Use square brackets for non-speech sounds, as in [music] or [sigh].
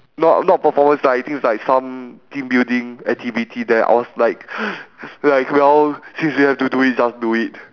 not not performance lah I think it's like some team building activity then I was like [noise] like you know since we have to do it just do it